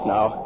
Now